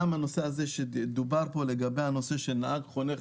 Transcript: גם הנושא שדובר פה לגבי נהג חונך,